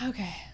Okay